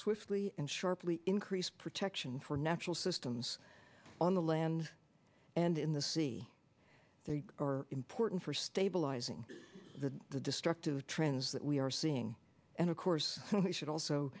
swiftly and sharply increase protection for natural systems on the land and in the sea they are important for stabilizing the the destructive trends that we are seeing and of course we should also